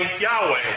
Yahweh